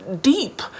deep